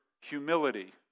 humility